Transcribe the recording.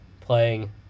playing